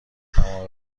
تمام